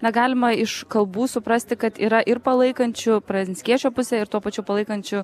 na galima iš kalbų suprasti kad yra ir palaikančių pranckiečio pusę ir tuo pačiu palaikančių